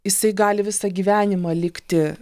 jisai gali visą gyvenimą likti